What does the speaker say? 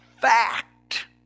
fact